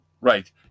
right